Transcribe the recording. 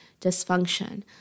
dysfunction